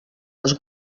les